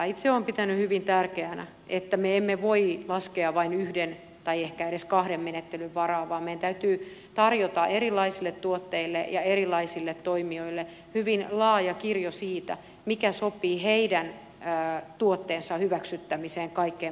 itse olen pitänyt hyvin tärkeänä että me emme voi laskea vain yhden tai ehkä edes kahden menettelyn varaan vaan meidän täytyy tarjota erilaisille tuotteille ja erilaisille toimijoille hyvin laaja kirjo siitä mikä sopii heidän tuotteensa hyväksyttämiseen kaikkein parhaiten